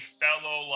fellow